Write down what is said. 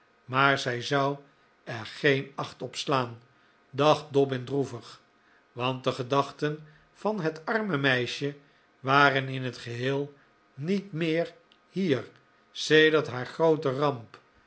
maar zij zou er geen acht op slaan dacht dobbin droevig want de gedachten van het arme meisje waren in het geheel niet meer hier sedert haar groote ramp